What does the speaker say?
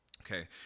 okay